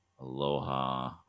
Aloha